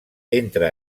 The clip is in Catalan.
entre